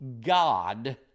God